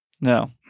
No